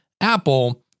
Apple